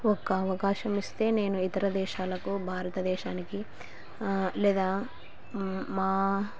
ఒక అవకాశం ఇస్తే నేను ఇతర దేశాలకు భారతదేశానికి లేదా మా